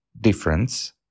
difference